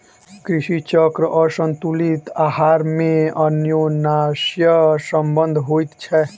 कृषि चक्र आसंतुलित आहार मे अन्योनाश्रय संबंध होइत छै